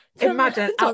imagine